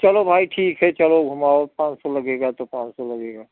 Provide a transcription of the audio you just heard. चलो भाई ठीक है चलो घुमाओ पाँच सौ लगेगा तो पाँच सौ लगेगा